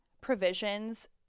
Provisions